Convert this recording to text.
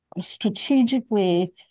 strategically